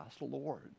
Lord